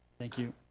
thank you.